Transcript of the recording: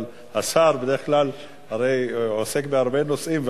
אבל השר בדרך כלל הרי עוסק בהרבה נושאים,